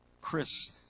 Chris